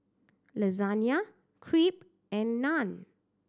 Lasagne Crepe and Naan